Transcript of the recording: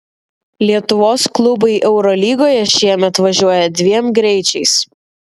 lietuvos klubai eurolygoje šiemet važiuoja dviem greičiais